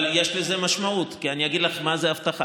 אבל יש לזה משמעות, כי אני אגיד לך מה זה אבטחה.